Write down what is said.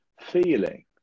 feeling